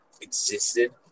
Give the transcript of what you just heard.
existed